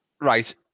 right